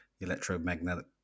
electromagnetic